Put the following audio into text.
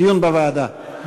דיון בוועדה.